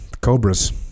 Cobras